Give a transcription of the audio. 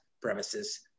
premises